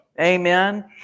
Amen